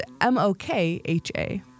M-O-K-H-A